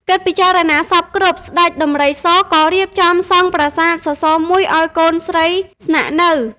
គិតពិចារណាសព្វគ្រប់ ស្តេចដំរីសក៏រៀបចំ សង់ប្រាសាទសសរមួយឱ្យកូនស្រីស្នាក់នៅ ។